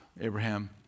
Abraham